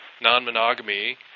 non-monogamy